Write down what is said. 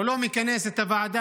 הוא לא מכנס את ועדת